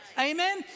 Amen